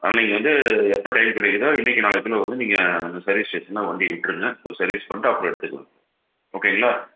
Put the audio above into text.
அன்னைலேருந்து எப்போது டைம் கிடைக்கிதோ இன்னைக்கு நாளைக்குள்ள வந்து நீங்கள் சர்வீஸ் செக்சன்ல வண்டி விட்டுருங்க அப்போ சர்வீஸ் பண்ணிட்டு அப்புறோம் எடுத்துக்கலாம் ஓகேங்களா